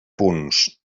punts